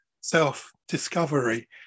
self-discovery